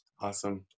Awesome